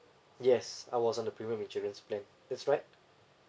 yes I was on the premium insurance plan that's right